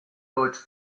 deutsch